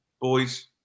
boys